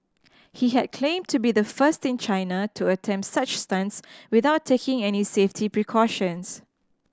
he had claimed to be the first in China to attempt such stunts without taking any safety precautions